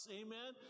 amen